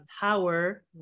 power